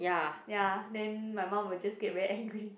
ya then my mum will just get very angry